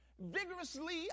Vigorously